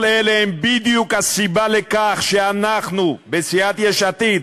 כל אלה הם בדיוק הסיבה לכך שאנחנו, בסיעת יש עתיד,